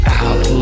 out